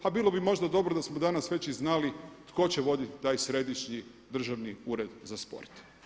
A bilo bi možda dobro da smo danas već i znali tko će voditi taj Središnji državni ured za sport.